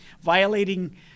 violating